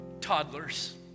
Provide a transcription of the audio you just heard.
toddlers